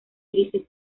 grises